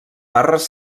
barres